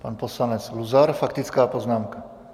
Pan poslanec Luzar, faktická poznámka.